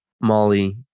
Molly